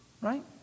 Right